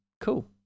Cool